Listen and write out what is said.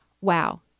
wow